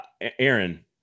Aaron